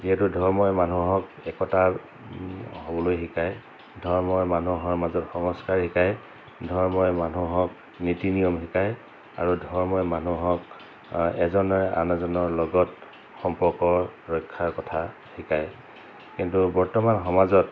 যিহেতু ধৰ্মই মানুহক একতা হ'বলৈ শিকায় ধৰ্মই মানুহৰ মাজত সংস্কাৰ শিকায় ধৰ্মই মানুহক নীতি নিয়ম শিকায় আৰু ধৰ্মই মানুহক এজনে আন এজনৰ লগত সম্পৰ্কৰ ৰক্ষাৰ কথা শিকায় কিন্তু বৰ্তমান সমাজত